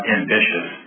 ambitious